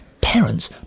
Parents